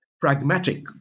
pragmatic